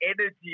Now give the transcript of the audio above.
energy